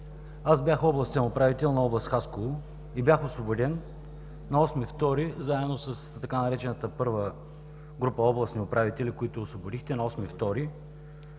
Аз бях областен управител на област Хасково и бях освободен на 8 февруари заедно с така наречената „първа група областни управители“, които освободихте на 8 февруари.